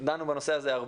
דנו רבות בנושא הזה.